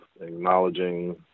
acknowledging